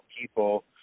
people